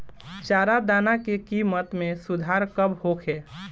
चारा दाना के किमत में सुधार कब होखे?